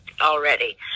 already